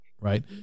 right